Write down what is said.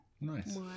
Nice